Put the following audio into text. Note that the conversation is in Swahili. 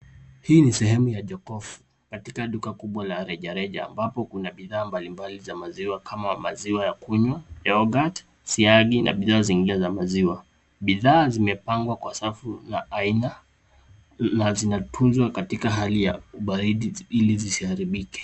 Hii ni sehemu ya jokofu katika duka kubwa la reja reja ambapo kuna bidhaa mbali mbali za maziwa kama maziwa ya kunywa yoghurt siagi na bidhaa zingine za maziwa bidhaa zimepangwa kwa safu ya aina na zinatunzwa katika hali ya baridi ili zisiharibike.